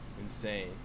Insane